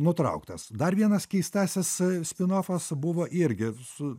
nutrauktas dar vienas keistasis spinofas buvo irgi su